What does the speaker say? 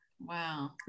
Wow